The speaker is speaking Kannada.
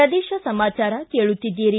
ಪ್ರದೇಶ ಸಮಾಚಾರ ಕೇಳುತ್ತೀದ್ದಿರಿ